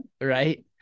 right